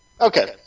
Okay